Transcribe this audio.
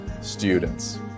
students